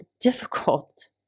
difficult